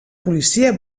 policia